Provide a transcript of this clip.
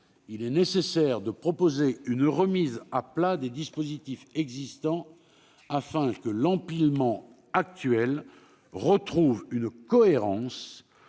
Il est nécessaire de proposer une remise à plat des dispositifs existants, afin que l'empilement actuel retrouve une cohérence